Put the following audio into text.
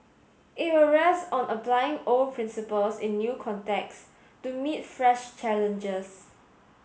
it will rest on applying old principles in new contexts to meet fresh challenges